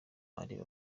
areba